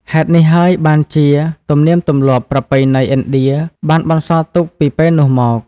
ហេតុនេះហើយបានជាទំនៀមទម្លាប់ប្រពៃណីឥណ្ឌាបានបន្សល់ទុកពីពេលនោះមក។